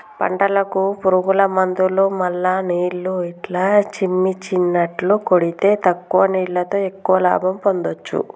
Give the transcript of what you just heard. పంటలకు పురుగుల మందులు మల్ల నీళ్లు ఇట్లా చిమ్మిచినట్టు కొడితే తక్కువ నీళ్లతో ఎక్కువ లాభం పొందొచ్చు